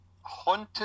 haunted